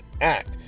act